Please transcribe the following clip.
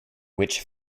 which